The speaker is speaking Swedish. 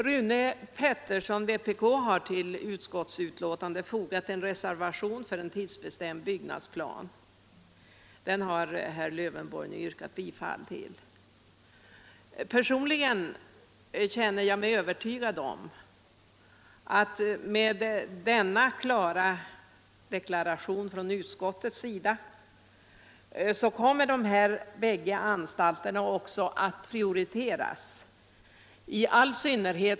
Rune Pettersson, vpk, har till betänkandet fogat en reservation för en tidsbestämd byggnadsplan. Den har herr Lövenborg nu yrkat bifall till. Personligen känner jag mig övertygad om —- med denna klara deklaration från utskottets sida — att dessa båda anstalter kommer att prioriteras.